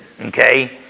Okay